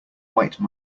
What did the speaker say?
white